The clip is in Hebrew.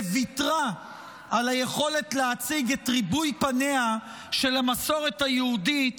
וויתרה על היכולת להציג את ריבוי פניה של המסורת היהודית